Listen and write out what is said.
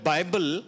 Bible